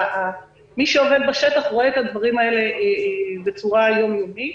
מי שעובד בשטח רואה את הדברים האלה בצורה יום-יומית.